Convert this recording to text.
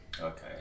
Okay